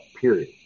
period